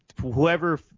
Whoever